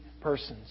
persons